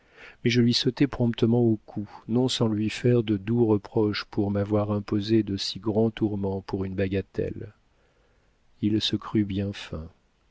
mais je lui sautai promptement au cou non sans lui faire de doux reproches pour m'avoir imposé de si grands tourments pour une bagatelle il se crut bien fin